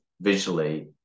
Visually